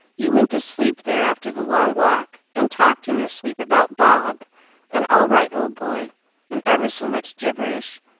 you went to sleep there after the long walk, and talked in your sleep about bob and all right, old boy and ever so much gibberish.